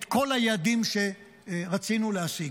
את כל היעדים שרצינו להשיג,